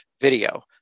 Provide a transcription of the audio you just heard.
video